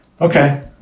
Okay